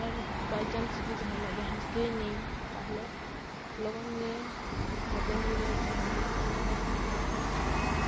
ᱟᱨ ᱡᱩᱫᱤ ᱵᱟᱭᱪᱟᱱᱥ ᱡᱟᱦᱟᱱᱟᱜ ᱡᱟᱦᱟᱸ ᱪᱤᱠᱟᱹ ᱭᱮᱱᱟᱹᱧ ᱛᱟᱦᱚᱞᱮ ᱞᱚᱜᱚᱱ ᱜᱮ ᱜᱟᱛᱮ ᱜᱮ ᱡᱟᱦᱟᱱᱟᱜ